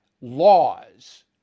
laws